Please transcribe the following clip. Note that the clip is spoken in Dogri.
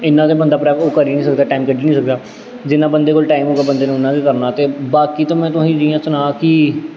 इन्ना ते बंदा भ्रावो करी निं सकदा टैम कड्ढी निं सकदा जिन्ना बंदे कोल टाइम होऐ बंदे ने उन्ना गै करना ते बाकी ते में तुसें गी जि'यां सनांऽ कि